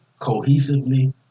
cohesively